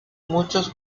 muchos